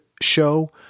show